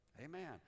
amen